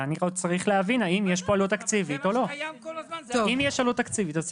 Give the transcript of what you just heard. ואני צריך להבין האם יש פה עלות תקציבית או לא.